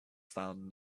found